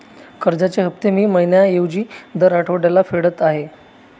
कर्जाचे हफ्ते मी महिन्या ऐवजी दर आठवड्याला फेडत आहे